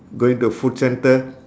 going to food centre